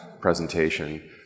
presentation